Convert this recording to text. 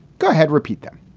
go ahead. repeat them.